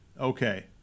Okay